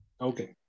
Okay